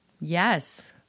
Yes